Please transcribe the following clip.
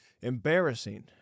embarrassing